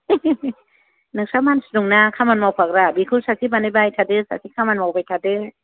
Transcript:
नोंसोरहा मानसि दंना खामानि मावफाग्रा बेखौ सासे बानायबाय थादो सासे खामानि मावबाय थादो